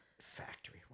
Factory